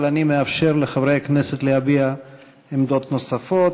אבל אני מאפשר לחברי הכנסת להביע עמדות נוספות.